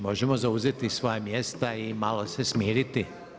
Možemo zauzeti svoja mjesta i malo se smiriti?